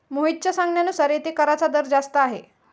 मोहितच्या सांगण्यानुसार येथे कराचा दर जास्त आहे